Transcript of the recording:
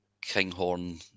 Kinghorn